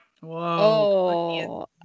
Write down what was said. Whoa